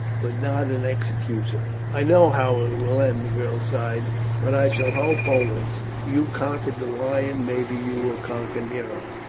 but not an executioner. i know how it will end, the girl sighed but i shall hope always. you conquered the lion, maybe you will conquer nero.